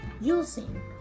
using